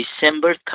December